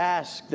ask